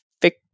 pick